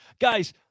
guys